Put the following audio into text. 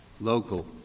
local